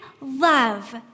love